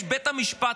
יש בית משפט.